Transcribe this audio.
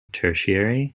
tertiary